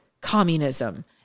communism